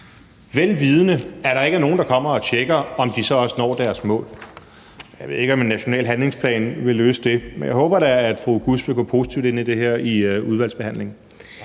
vel vidende at der ikke er nogen, der kommer og tjekker, om de så også når deres mål. Jeg ved ikke, om en national handlingsplan vil løse det, men jeg håber da, at fru Halime Oguz vil gå positivt ind i det her i udvalgsbehandlingen.